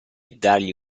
dargli